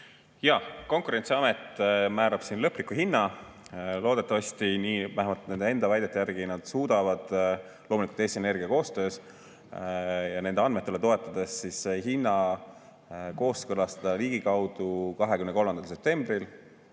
Jah, Konkurentsiamet määrab siin lõpliku hinna. Loodetavasti – nii vähemalt on nende enda väidete järgi – nad suudavad, loomulikult Eesti Energiaga koostöös ja nende andmetele toetudes, hinna kooskõlastada ligikaudu 23. septembril.